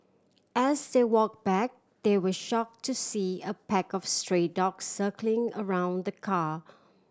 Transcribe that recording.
as they walk back they were shock to see a pack of stray dogs circling around the car